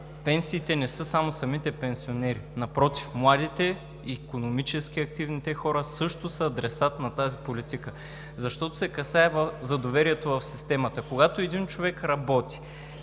пенсиите не са само самите пенсионери, напротив, младите, икономически активните хора също са адресат на тази политика, защото се касае за доверието в системата. Когато един човек работи,